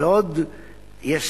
ועוד יש